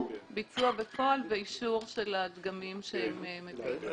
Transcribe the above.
ביצוע בפועל ואישור של הדגמים שהם מביאים.